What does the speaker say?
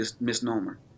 misnomer